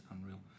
unreal